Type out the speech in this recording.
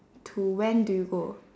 to when do you go